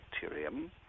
bacterium